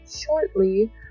shortly